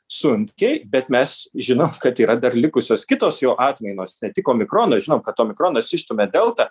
sunkiai bet mes žinom kad yra dar likusios kitos jo atmainos ne tik omikrono žinom kad omikronas išstumia delta